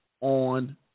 on